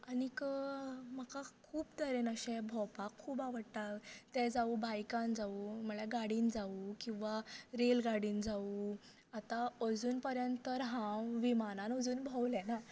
आनीक म्हाका खूब तरेन अशें भोंवपाक खूब आवडटा तें जावूं बायकान जावूं म्हटल्यार गाडयेन जावूं किंवां रेल गाडीन जावूं आता अजून पर्यंत तर हांव विमानान अजून भोंवले ना